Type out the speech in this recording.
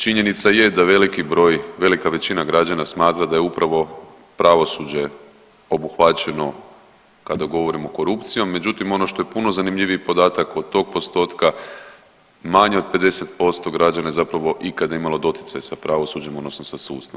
Činjenica je da veliki broj, velika većina građana smatra da je upravo pravosuđe obuhvaćeno kada govorimo korupcijom, međutim ono što je puno zanimljiviji podatak od tog postotka manje od 50% građana je zapravo ikada imalo doticaj sa pravosuđem odnosno sa sudstvom.